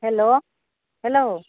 hello hello